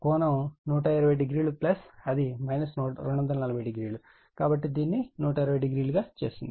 అదేవిధంగా ICA IAB ∠ 240o IAB∠ 120o అది 240 కాబట్టి దీనిని 120o గా చేస్తుంది